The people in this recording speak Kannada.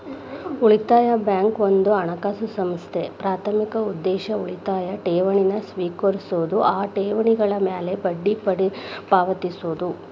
ಉಳಿತಾಯ ಬ್ಯಾಂಕ್ ಒಂದ ಹಣಕಾಸು ಸಂಸ್ಥೆ ಪ್ರಾಥಮಿಕ ಉದ್ದೇಶ ಉಳಿತಾಯ ಠೇವಣಿನ ಸ್ವೇಕರಿಸೋದು ಆ ಠೇವಣಿಗಳ ಮ್ಯಾಲೆ ಬಡ್ಡಿ ಪಾವತಿಸೋದು